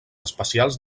especials